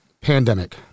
pandemic